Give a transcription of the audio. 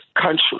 country